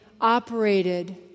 operated